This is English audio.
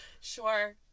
Sure